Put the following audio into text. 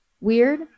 Weird